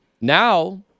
now